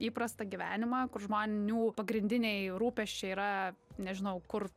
įprastą gyvenimą kur žmonių pagrindiniai rūpesčiai yra nežinau kur